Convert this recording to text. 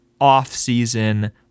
off-season